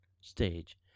stage